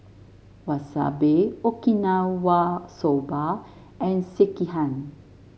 Wasabi Okinawa Soba and Sekihan